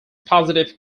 positive